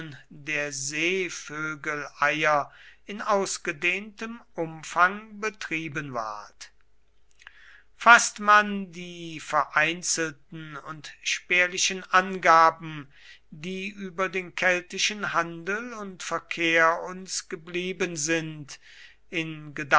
der seevögeleier in ausgedehntem umfang betrieben ward faßt man die vereinzelten und spärlichen angaben die über den keltischen handel und verkehr uns geblieben sind